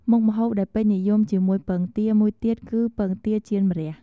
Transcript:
មុខម្ហូបដែលពេញនិយមជាមួយពងទាមួយទៀតនោះគឺ ពងទាចៀនម្រះ ។